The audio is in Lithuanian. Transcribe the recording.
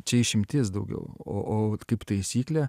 čia išimtis daugiau o o vat kaip taisyklė